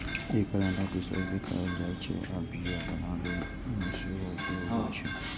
एकर आटा पिसाय के खायल जाइ छै आ बियर बनाबै मे सेहो उपयोग होइ छै